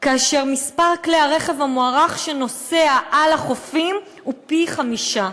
ומספר כלי הרכב המוערך שנוסע על החופים הוא פי-חמישה.